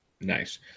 Nice